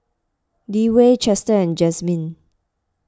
Dewey Chester and Jazmin